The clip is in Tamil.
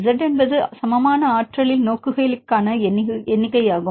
Z என்பது சமமான ஆற்றலில் நோக்குநிலைகளின் எண்ணிக்கையாகும்